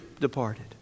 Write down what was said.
departed